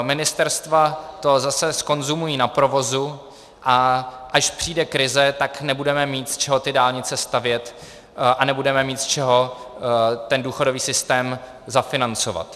Ministerstva to prostě zase zkonzumují na provozu, a až přijde krize, tak nebudeme mít z čeho ty dálnice stavět a nebudeme mít z čeho ten důchodový systém zafinancovat.